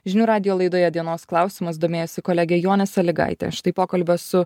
žinių radijo laidoje dienos klausimas domėjosi kolegė jonė sąlygaitė štai pokalbio su